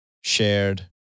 shared